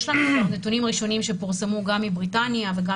יש לנו נתונים ראשונים שפורסמו גם מבריטניה וגם